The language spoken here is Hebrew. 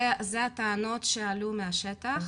זה הטענות שעלו מהשטח.